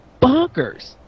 bonkers